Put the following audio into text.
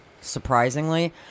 surprisingly